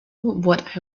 what